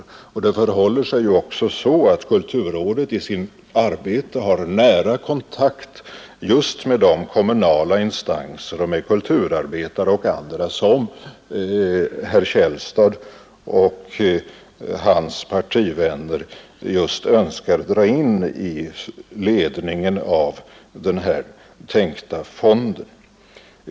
Det förhåller sig också så, att kulturrådet i sitt arbete har nära kontakt just med kommunala instanser, med kulturarbetare och andra som herr Källstad och hans partivänner önskar dra in i ledningen av den här tänkta fonden.